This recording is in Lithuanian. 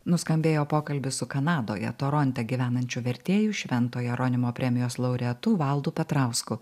nuskambėjo pokalbis su kanadoje toronte gyvenančių vertėjų švento jeronimo premijos laureatu valdu petrausku